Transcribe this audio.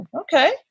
Okay